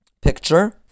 picture